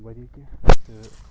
واریاہ کینٛہہ تہٕ